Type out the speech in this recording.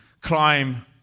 Climb